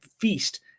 feast